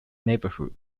neighborhood